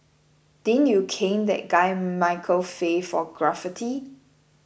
didn't you cane that guy Michael Fay for graffiti